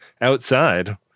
outside